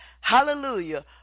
hallelujah